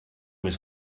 was